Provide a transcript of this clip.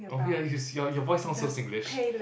oh your voice sounds so Singlish